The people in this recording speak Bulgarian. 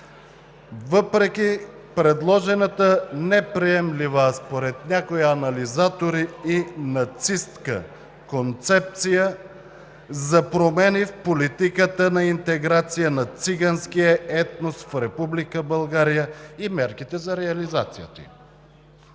въпреки предложената неприемлива, а според някои анализатори – нацистка концепция, за промени в политиката на интеграция на циганския етнос в Република България и мерките за реализацията